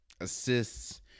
assists